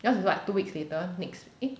yours is what two weeks later next eh